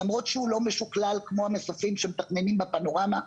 למרות שהוא לא משוכלל כמו המסופים שמתכננים בפנורמה,